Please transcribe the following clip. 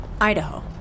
Idaho